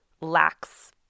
lacks